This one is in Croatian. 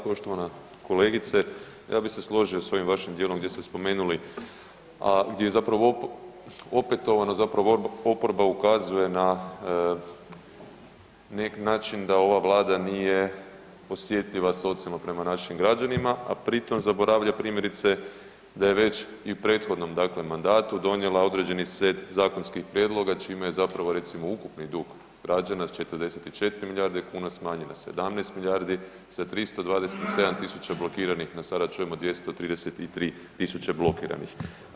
Poštovana kolegice, ja bi se složio s ovim vašim dijelom gdje ste spomenuli, a gdje zapravo opetovano zapravo oporba ukazuje na neki način da ova vlada nije osjetljiva socijalno prema našim građanima, a pri tom zaboravlja primjerice da je već i u prethodnom, dakle mandatu donijela određeni set zakonskih prijedloga čime je zapravo recimo ukupni dug građana s 44 milijarde kuna smanjen na 17 milijardi, sa 327.000 blokiranih na, sada čujemo, 233.000 blokiranih.